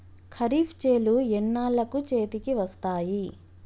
ఖరీఫ్ చేలు ఎన్నాళ్ళకు చేతికి వస్తాయి?